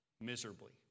miserably